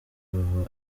baba